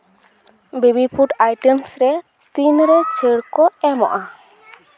baby foods items ᱨᱮ ᱛᱤᱱᱨᱮ ᱪᱷᱟᱹᱲ ᱠᱚ ᱮᱢᱚᱜᱼᱟ